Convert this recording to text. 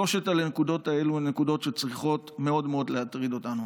שלוש הנקודות האלה הן נקודות שצריכות מאוד מאוד להטריד אותנו.